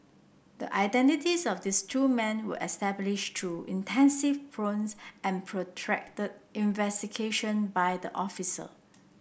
the identities of these two men were established through intensive probes and protracted investigation by the officer